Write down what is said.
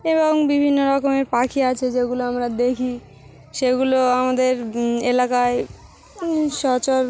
এবং বিভিন্ন রকমের পাখি আছে যেগুলো আমরা দেখি সেগুলো আমাদের এলাকায় সচরাচর